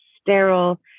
sterile